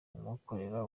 kumukorera